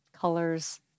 colors